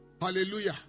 Hallelujah